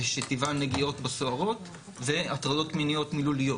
שטיבן נגיעות בסוהרות והטרדות מיניות מילוליות,